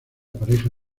pareja